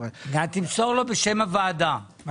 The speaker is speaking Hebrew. תמסור לו בשם הוועדה תנחומים על אביו,